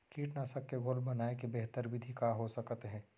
कीटनाशक के घोल बनाए के बेहतर विधि का हो सकत हे?